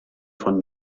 von